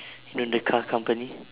you know the car company